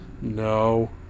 No